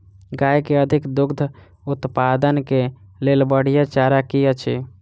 गाय केँ अधिक दुग्ध उत्पादन केँ लेल बढ़िया चारा की अछि?